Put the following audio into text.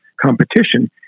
competition